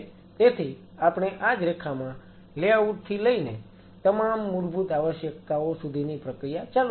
તેથી આપણે આ જ રેખામાં લેઆઉટ થી લઈને તમામ મૂળભૂત આવશ્યકતાઓ સુધીની પ્રક્રિયા ચાલુ રાખીશું